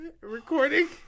recording